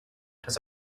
das